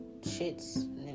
shits